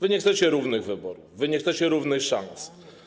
Wy nie chcecie równych wyborów, wy nie chcecie równych szans.